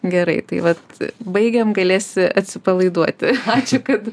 gerai tai vat baigėm galėsi atsipalaiduoti ačiū kad